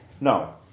No